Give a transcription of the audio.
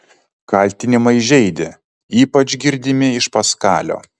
kaltinimai žeidė ypač girdimi iš paskalio